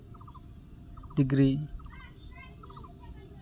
degree